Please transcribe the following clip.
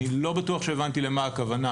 אני לא בטוח שהבנתי למה הכוונה,